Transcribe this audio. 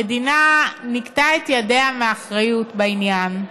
המדינה ניקתה את ידיה מאחריות לעניין.